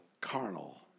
carnal